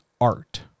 art